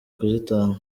kuzitanga